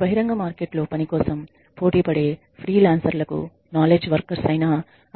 బహిరంగ మార్కెట్లో పని కోసం పోటీపడే ఫ్రీలాన్సర్లకు నాలెడ్జ్ వర్కర్స్ ఐన